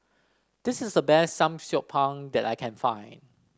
this is the best Samgyeopsal that I can find